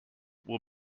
will